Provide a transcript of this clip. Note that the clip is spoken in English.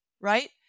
right